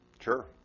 Sure